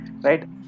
right